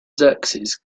xerxes